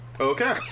Okay